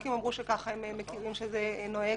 הבנקים אמרו שככה הם מכירים שזה נוהג.